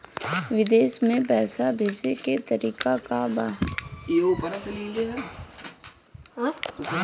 विदेश में पैसा भेजे के तरीका का बा?